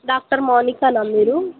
doctor మౌనికానా మీరు